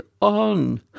on